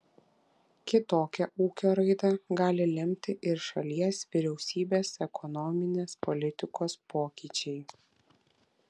kitokią ūkio raidą gali lemti ir šalies vyriausybės ekonominės politikos pokyčiai